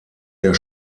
der